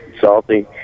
salty